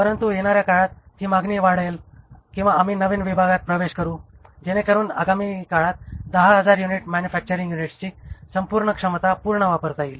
परंतु येणाऱ्या काळात ही मागणी वाढेल किंवा आम्ही नवीन विभागात प्रवेश करू जेणेकरून आगामी काळात 10000 युनिट मॅन्युफॅक्चरिंग युनिट्सची संपूर्ण क्षमता पूर्ण वापरता येईल